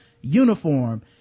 uniform